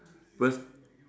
first